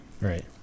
Right